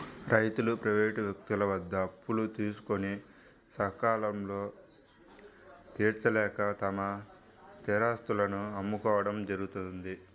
రైతులు ప్రైవేటు వ్యక్తుల వద్ద అప్పులు తీసుకొని సకాలంలో తీర్చలేక తమ స్థిరాస్తులను అమ్ముకోవడం జరుగుతోంది